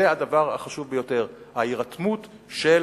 זה הדבר החשוב ביותר, ההירתמות של